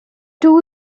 two